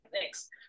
Thanks